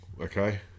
okay